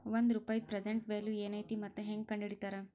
ಒಂದ ರೂಪಾಯಿದ್ present value ಏನೈತಿ ಮತ್ತ ಹೆಂಗ ಕಂಡಹಿಡಿತಾರಾ